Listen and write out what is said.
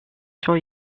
sure